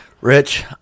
Rich